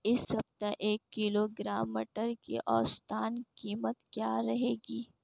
इस सप्ताह एक किलोग्राम मटर की औसतन कीमत क्या रहेगी?